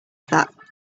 that